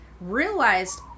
realized